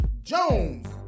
Jones